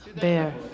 bear